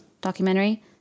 documentary